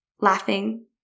laughing